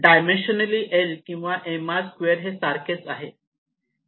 dimensionally l किंवा mr2 हे सारखेच आहेत